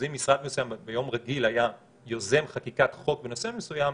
אז אם משרד מסוים ביום רגיל היה יוזם חקיקת חוק בנושא מסוים,